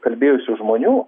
kalbėjusių žmonių